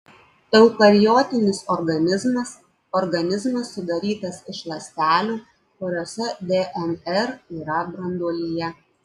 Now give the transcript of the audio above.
eukariotinis organizmas organizmas sudarytas iš ląstelių kuriose dnr yra branduolyje